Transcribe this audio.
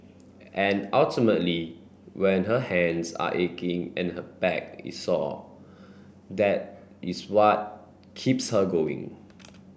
and ultimately when her hands are aching and her back is sore that is what keeps her going